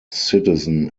citizen